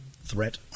threat